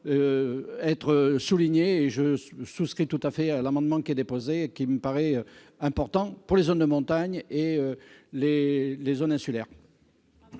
être soulignée. Je souscris donc tout à fait à l'amendement déposé, qui me paraît important pour les zones de montagne et les zones insulaires.